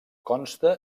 consta